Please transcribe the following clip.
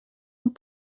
and